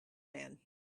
man